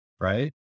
right